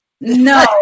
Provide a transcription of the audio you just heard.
no